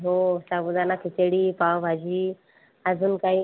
हो साबुदाना खिचडी पावभाजी अजून काही